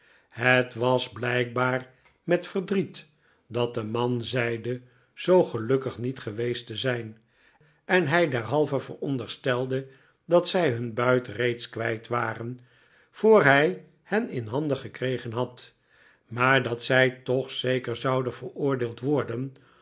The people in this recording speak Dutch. het was blijkbaar met verdriet dat de man zeide zoo gelukkig niet geweest te zijn en hij derhalve vooronderstelde dat zij hun buit reeds kwijt waren voordat hij hen in handen gekregen had maar dat zij toch zeker zouden veroordeeld worden